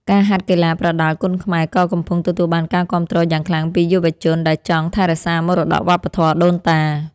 ការហាត់កីឡាប្រដាល់គុនខ្មែរក៏កំពុងទទួលបានការគាំទ្រយ៉ាងខ្លាំងពីយុវជនដែលចង់ថែរក្សាមរតកវប្បធម៌ដូនតា។